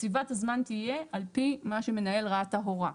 שקציבת הזמן תהיה לפי מה שמנהל רת"א הורה.